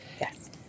Yes